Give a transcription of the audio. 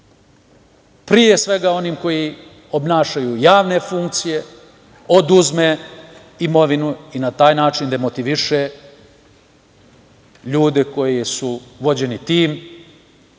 pre svega onima koji obavljaju javne funkcije, oduzme imovinu i na taj način demotiviše ljude koji su vođeni tim